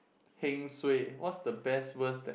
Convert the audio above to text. heng suay what's the best worst that